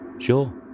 Sure